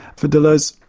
for deleuze,